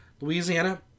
Louisiana